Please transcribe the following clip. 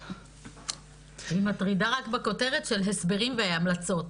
היא מטרידה רק בכותרת של "הסברים והמלצות".